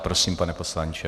Prosím, pane poslanče.